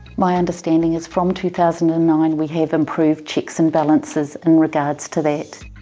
my understanding is from two thousand and nine we have improved checks and balances in regards to that.